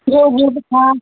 road वोड छा